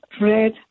red